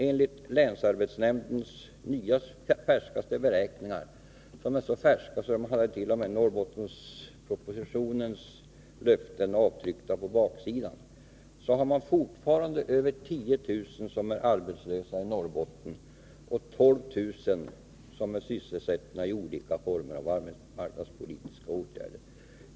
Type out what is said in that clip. Enligt länsarbetsnämndens färskaste beräkningar — de är så färska att man t.o.m. har tryckt av Norrbottenpropositionens löften på baksidan — är fortfarande över 10 000 människor arbetslösa i Norrbotten och 12 000 är sysselsatta genom olika former av arbetsmarknadspolitiska åtgärder.